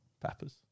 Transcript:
Peppers